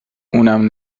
اونم